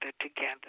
together